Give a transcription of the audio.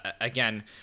Again